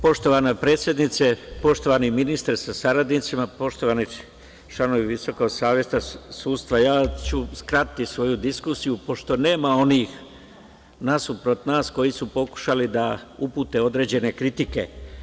Poštovana predsednice, poštovani ministre sa saradnicima, poštovani članovi Visokog saveta sudstva, skratiću svoju diskusiju, pošto nema onih nasuprot nas koji su pokušali da upute određene kritike.